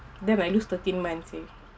then I lose thirteen months see